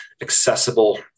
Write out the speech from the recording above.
accessible